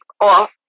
off